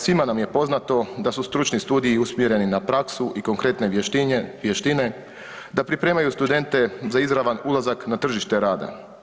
Svima nam je poznato da su stručni studiji usmjereni na praksu i konkretne vještine, da pripremaju studente za izravan ulazak na tržište rada.